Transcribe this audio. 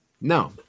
No